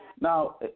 Now